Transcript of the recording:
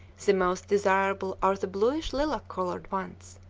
the most desirable are the bluish lilac-colored ones,